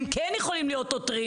הם כן יכולים להיות עותרים,